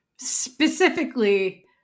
specifically